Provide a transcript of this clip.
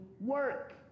work